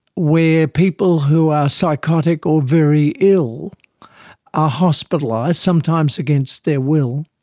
where people who are psychotic or very ill are hospitalised, sometimes against their will,